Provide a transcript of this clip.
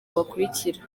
bakurikira